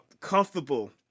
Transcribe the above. comfortable